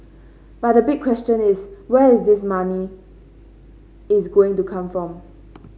but the big question is where is this money is going to come from